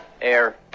air